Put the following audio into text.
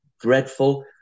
dreadful